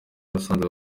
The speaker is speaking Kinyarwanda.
musanze